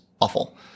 awful